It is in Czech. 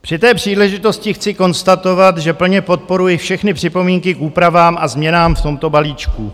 Při té příležitosti chci konstatovat, že plně podporuji všechny připomínky k úpravám a změnám v tomto balíčku.